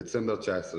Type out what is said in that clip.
בדצמבר 2019,